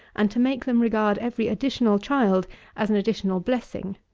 and to make them regard every additional child as an additional blessing.